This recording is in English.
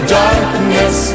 darkness